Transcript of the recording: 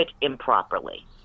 improperly